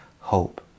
hope